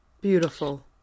Beautiful